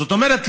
זאת אומרת,